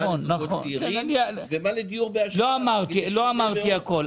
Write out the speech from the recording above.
לא אמרתי הכל,